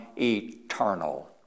eternal